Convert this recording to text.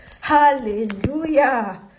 hallelujah